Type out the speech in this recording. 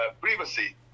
privacy